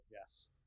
yes